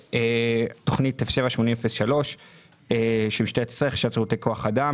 ותוכנית 07-80-03 של משטרת ישראל --- שירותי כוח אדם